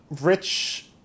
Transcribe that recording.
rich